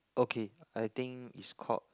okay I think it's called